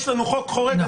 יש לנו חוק חורג,